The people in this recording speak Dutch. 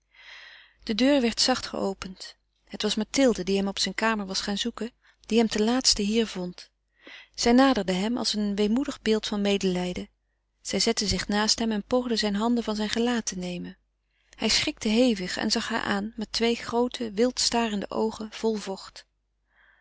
de deur werd zacht geopend het was mathilde die hem op zijn kamer was gaan zoeken die hem ten laatste hier vond zij naderde hem als een weemoedig beeld van medelijden zij zette zich naast hem en poogde zijn handen van zijn gelaat weg te nemen hij schrikte hevig en zag haar aan met twee groote wild starende oogen vol vocht